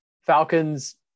Falcons